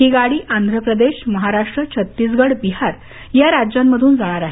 ही गाडी आंध्रप्रदेश महाराष्ट्र छत्तीसगड बिहार या राज्यांमधून जाणार आहे